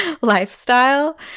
lifestyle